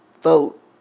Vote